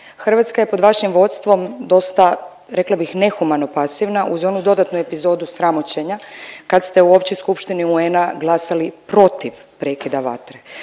Hrvatska je pod vašim vodstvom dosta rekla bih nehumano pasivna uz onu dodatnu epizodu sramoćenja kad ste u Općoj skupštini UN-a glasali protiv prekida vatre.